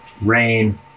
rain